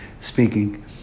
speaking